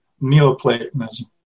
Neoplatonism